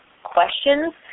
questions